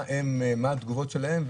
מה התגובות שלהם,